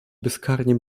bezkarnie